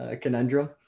conundrum